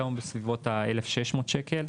היום בסביבות 1,600 ₪.